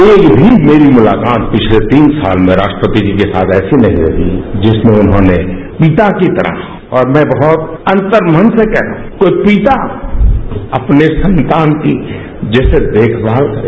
एक भी मेरी मुलाकात पिछले तीन साल में राष्ट्रपति जी के साथ ऐसी नहीं रही जिसमें उन्होंने पिता की तरह और मैं बहुत अंतर्मन से कहता हूं कि वो एक पिता अपने संतान की जैसे देखभाल करे